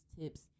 tips